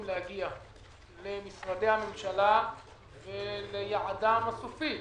להגיע למשרדי הממשלה וליעדם הסופי,